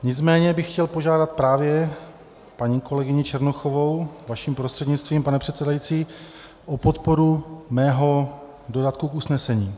Nicméně bych chtěl požádat právě paní kolegyni Černochovou vaším prostřednictvím, pane předsedající, o podporu mého dodatku k usnesení.